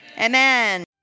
amen